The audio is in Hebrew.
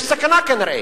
יש סכנה, כנראה.